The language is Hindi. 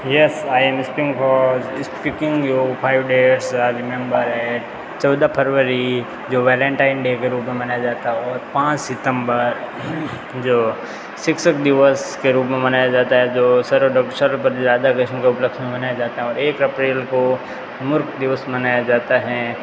yes I am speaking for speaking you five days I remember है चौदह फरवरी जो वैलेंटाइन डे के रूप में मनाया जाता और पाँच सितम्बर जो शिक्षक दिवस के रूप में मनाया जाता है जो सर्वड सर्वपति राधाकृष्णन के उपलक्ष्य में मनाया जाता है और एक अप्रैल को मूर्ख दिवस मनाया जाता है